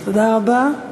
תודה רבה.